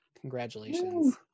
Congratulations